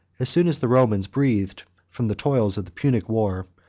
as soon as the romans breathed from the toils of the punic war,